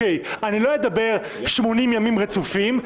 אני לא אדבר 80 ימים רצופים,